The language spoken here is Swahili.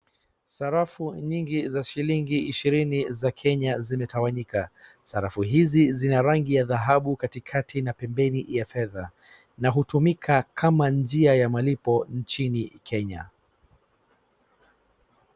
Sarafu nyingi za shilingi ishirini za Kenya zimetawanyika. Sarafu hizi zina rangi ya dhahabu katikati na pembeni ya fedha na hutumika kama njia ya malipo nchini Kenya.